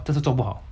你啊